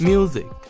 Music